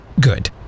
good